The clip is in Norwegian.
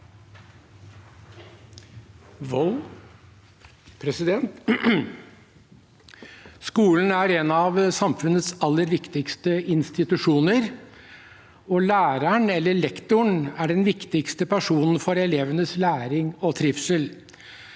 (H) Skolen er en av sam- funnets aller viktigste institusjoner, og læreren eller lektoren er den viktigste personen for elevenes læring og trivsel.